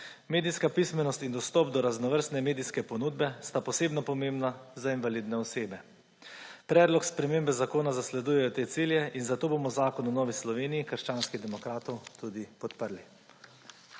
Medijska pismenost in dostop do raznovrstne medijske ponudbe sta posebno pomembna za invalidne osebe. Predlog, spremembe zakona zasledujejo te cilje in zato bomo zakon v Novi Sloveniji – krščanskih demokratih podprli.